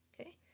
Okay